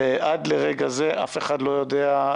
ועד לרגע זה אף אחד לא יודע.